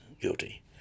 guilty